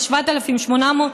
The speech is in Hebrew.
של 7,800,